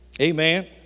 Amen